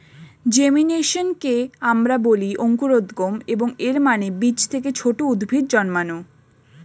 জেমিনেশনকে আমরা বলি অঙ্কুরোদ্গম, এবং এর মানে বীজ থেকে ছোট উদ্ভিদ জন্মানো